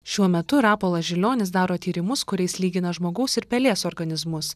šiuo metu rapolas žilionis daro tyrimus kuriais lygina žmogaus ir pelės organizmus